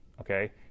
okay